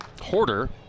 Hoarder